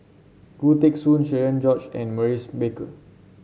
Khoo Teng Soon Cherian George and Maurice Baker